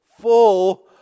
full